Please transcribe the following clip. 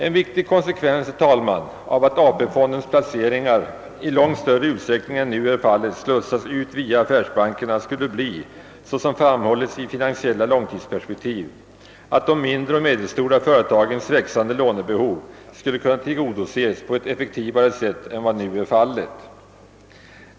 En viktig konsekvens, herr talman, av att AP-fondens placeringar i långt större utsträckning än nu är fallet slussas ut via affärsbankerna skulle bli — såsom framhålles i »Finansiella långtidsperspektiv» — att de mindre och medelstora företagens växande lånebehov skulle kunna tillgodoses på ett effektivare sätt än nu är förhållandet.